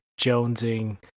jonesing